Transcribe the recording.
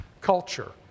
culture